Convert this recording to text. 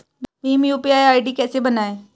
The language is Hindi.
भीम यू.पी.आई आई.डी कैसे बनाएं?